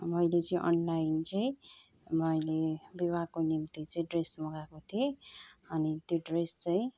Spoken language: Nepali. मैले चाहिँ अनलाइन चाहिँ मैले विवाहको निम्ति चाहिँ ड्रेस मगाएको थिएँ अनि त्यो ड्रेस चाहिँ